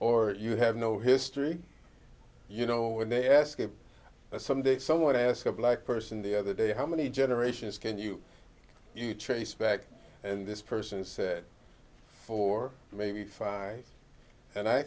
or you have no history you know when they ask you some day someone to ask a black person the other day how many generations can you trace back in this person said four maybe five and i